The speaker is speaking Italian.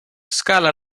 scala